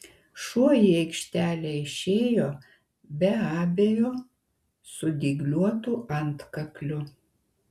šuo į aikštelę išėjo be abejo su dygliuotu antkakliu